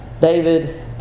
David